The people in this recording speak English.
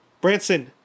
branson